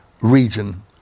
region